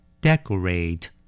Decorate